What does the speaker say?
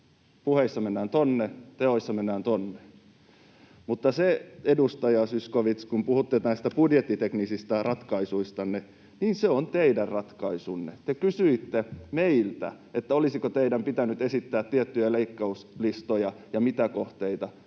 puheissa mennään tuonne, teoissa mennään tuonne. Edustaja Zyskowicz, kun puhutte näistä budjettiteknisistä ratkaisuistanne, niin se on teidän ratkaisunne. Te kysyitte meiltä, olisiko teidän pitänyt esittää tiettyjä leikkauslistoja ja mitä kohteita.